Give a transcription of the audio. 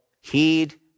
heed